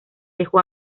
dejó